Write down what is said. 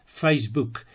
Facebook